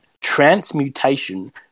transmutation